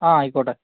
ആ ആയിക്കോട്ടേ